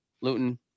Luton